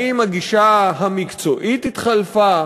האם הגישה המקצועית התחלפה?